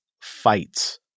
fights